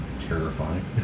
Terrifying